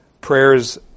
prayers